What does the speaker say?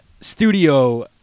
studio